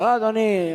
אדוני,